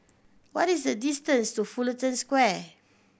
what is the distance to Fullerton Square